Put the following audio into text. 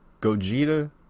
Gogeta